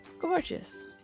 gorgeous